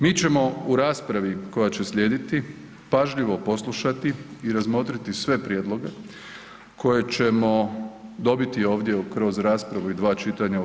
Mi ćemo u raspravi koja će slijediti pažljivo poslušati i razmotriti sve prijedloge koje ćemo dobiti ovdje kroz raspravu i dva čitanja u HS.